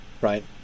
Right